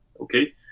Okay